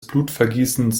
blutvergießens